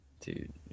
Dude